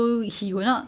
the prawn ah